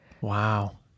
Wow